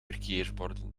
verkeersborden